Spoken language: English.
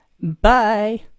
Bye